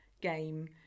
game